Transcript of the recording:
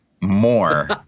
more